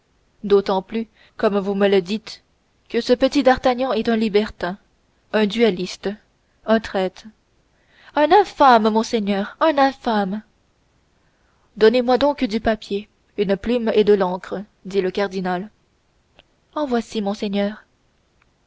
d'autant plus comme vous me le dites que ce petit d'artagnan est un libertin un duelliste un traître un infâme monseigneur un infâme donnez-moi donc du papier une plume et de l'encre dit le cardinal en voici monseigneur